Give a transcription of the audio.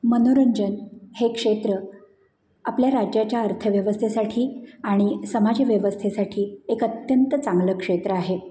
मनोरंजन हे क्षेत्र आपल्या राज्याच्या अर्थव्यवस्थेसाठी आणि समाजव्यवस्थेसाठी एक अत्यंत चांगलं क्षेत्र आहे